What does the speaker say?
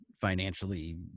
financially